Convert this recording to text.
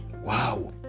Wow